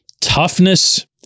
toughness